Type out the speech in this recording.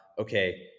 okay